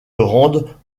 rendre